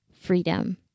freedom